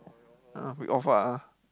ah read off ah ah